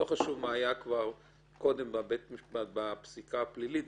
לא חשוב מה היה כבר בפסיקה הפלילית,